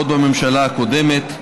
עוד בממשלה הקודמת.